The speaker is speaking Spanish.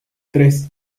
tres